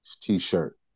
t-shirt